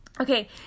Okay